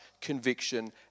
conviction